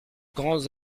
grands